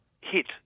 hit